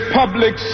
public